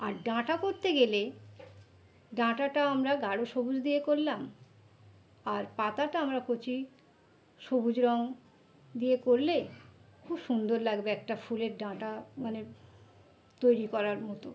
আর ডাঁটা করতে গেলে ডাঁটাটা আমরা গাঢ় সবুজ দিয়ে করলাম আর পাতাটা আমরা কচি সবুজ রং দিয়ে করলে খুব সুন্দর লাগবে একটা ফুলের ডাঁটা মানে তৈরি করার মতো